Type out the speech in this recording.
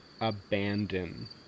abandon